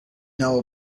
know